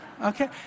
Okay